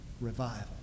revival